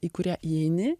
į kurią įeini